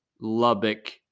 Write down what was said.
Lubbock